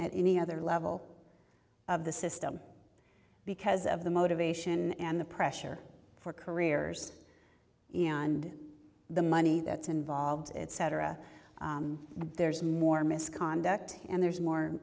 any other level of the system because of the motivation and the pressure for careers and the money that's involved it's cetera there's more misconduct and there's more